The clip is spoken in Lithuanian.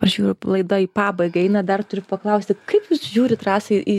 aš žiūriu laida į pabaigą eina dar turiu paklausti kaip jūs žiūrit rasa į